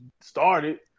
started